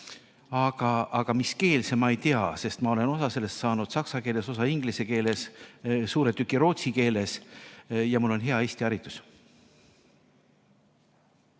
aga miskeelse, seda ma ei tea, sest ma olen osa sellest saanud saksa keeles, osa inglise keeles, suure tüki rootsi keeles ja mul on hea Eesti haridus.